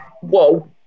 whoa